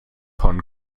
von